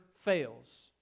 fails